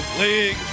League